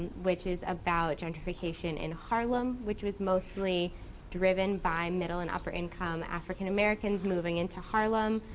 which is about gentrification in harlem, which was mostly driven by middle and upper income african americans moving into harlem.